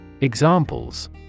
Examples